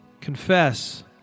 Confess